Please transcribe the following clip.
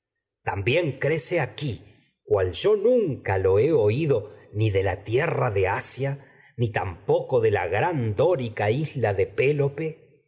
también aquí ni cual nunca lo he oído ni de la tierra de asia tampoco nunca de la gran dórica isla de pélope el